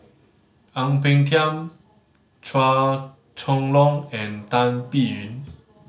Ang Peng Tiam Chua Chong Long and Tan Biyun